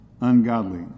ungodly